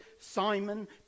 Simon